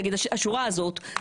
נגיד השורה הזאת,